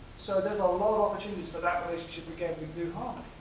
so there's a lot of opportunities for that relationship, again, with new um